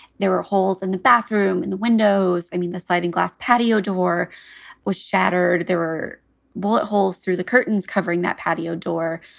there were holes in the bathroom in the windows. i mean, the sliding glass patio door was shattered. there were bullet holes through the curtains covering that patio door.